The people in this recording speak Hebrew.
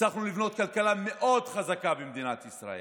הצלחנו לבנות כלכלה מאוד חזקה במדינת ישראל,